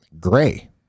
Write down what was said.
Gray